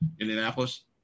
Indianapolis